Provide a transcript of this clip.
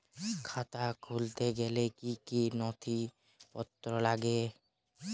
খাতা খুলতে গেলে কি কি নথিপত্র লাগে?